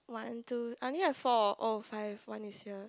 one two I only have four oh five one is here